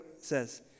says